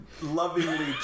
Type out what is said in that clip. lovingly